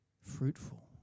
fruitful